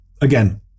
Again